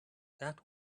that